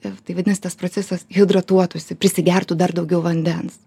ir tai vadinasi tas procesas hidratuotų įsi prisigertų dar daugiau vandens